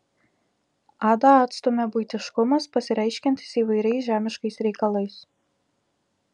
adą atstumia buitiškumas pasireiškiantis įvairiais žemiškais reikalais